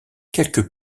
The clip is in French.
quelques